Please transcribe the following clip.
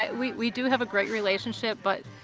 we do have a great relationship, but,